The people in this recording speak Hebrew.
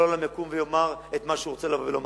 כל העולם יקום ויאמר את מה שהוא רוצה לבוא ולומר,